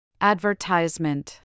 Advertisement